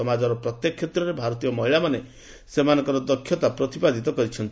ସମାଜର ପ୍ରତ୍ୟେକ କ୍ଷେତ୍ରରେ ଭାରତୀୟ ମହିଳାମାନେ ସେମାନଙ୍କର ଦକ୍ଷତା ପ୍ରତିପାଦିତ କରିଛନ୍ତି